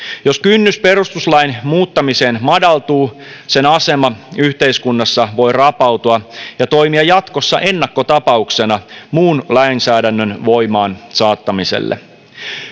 jos kynnys perustuslain muuttamiseen madaltuu sen asema yhteiskunnassa voi rapautua ja toimia jatkossa ennakkotapauksena muun lainsäädännön voimaan saattamiselle